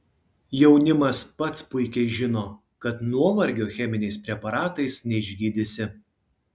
jaunimas pats puikiai žino kad nuovargio cheminiais preparatais neišgydysi